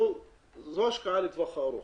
זו השקעה לטווח הארוך